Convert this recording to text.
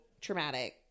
traumatic